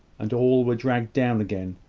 and all were dragged down again.